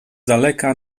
daleka